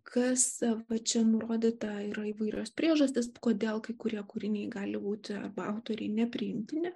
kas va čia nurodyta yra įvairios priežastys kodėl kai kurie kūriniai gali būti arba autoriai nepriimtini